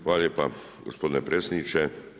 Hvala lijepo gospodine predsjedniče.